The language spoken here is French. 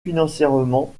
financièrement